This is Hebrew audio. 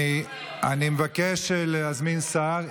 אני מבקש להזמין שר.